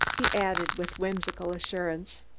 he added with whimsical assurance.